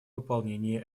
выполнении